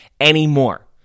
anymore